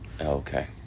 okay